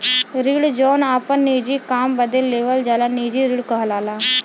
ऋण जौन आपन निजी काम बदे लेवल जाला निजी ऋण कहलाला